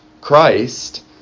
Christ